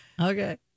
okay